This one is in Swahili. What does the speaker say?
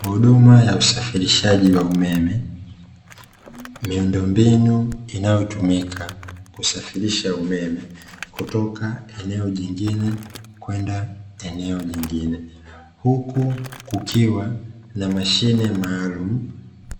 Huduma ya usafirishaji wa umeme, miundombinu inayotumika kusafirisha umeme kutoka eneo jingine kwenda eneo jingine. Huku kukiwa na mashine maalum